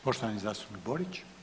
Poštovani zastupnik Borić.